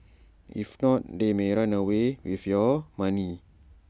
if not they may run away with your money